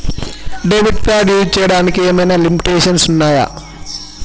Debit card use చేయడానికి ఏమైనా limitations ఉన్నాయా?